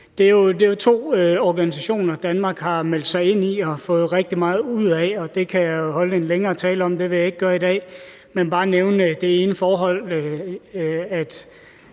Det er jo to organisationer, Danmark har meldt sig ind i og har fået rigtig meget ud af, og det kan jeg jo holde en længere tale om – det vil jeg ikke gøre i dag – men bare nævne det ene forhold, at